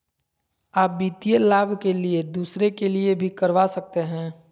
आ वित्तीय लाभ के लिए दूसरे के लिए भी करवा सकते हैं?